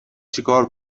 چیکار